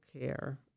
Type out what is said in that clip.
care